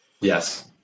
yes